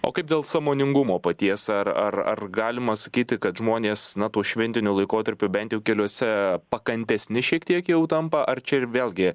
o kaip dėl sąmoningumo paties ar ar ar galima sakyti kad žmonės na tuo šventiniu laikotarpiu bent jau keliuose pakantesni šiek tiek jau tampa ar čia ir vėlgi